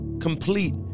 complete